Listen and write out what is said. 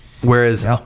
Whereas